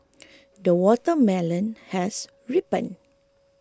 the watermelon has ripened